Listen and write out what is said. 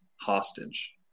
hostage